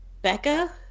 Becca